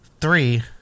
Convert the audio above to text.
three